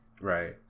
Right